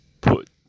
put